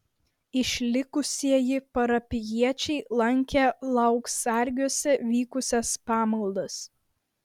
išlikusieji parapijiečiai lankė lauksargiuose vykusias pamaldas